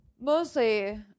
Mostly